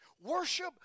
Worship